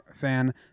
fan